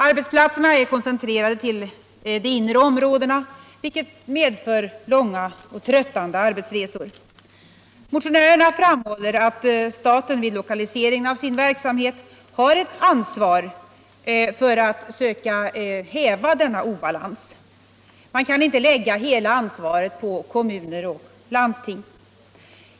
Arbetsplatserna är koncentrerade till de inre områdena, vilket medför långa och tröttande arbetsresor. Motionärerna framhåller att staten vid lokalisering av sin verksamhet har ett ansvar för att söka häva denna obalans. Man kan inte lägga hela ansvaret på kommuner och landsting.